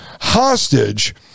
hostage